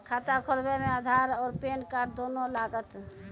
खाता खोलबे मे आधार और पेन कार्ड दोनों लागत?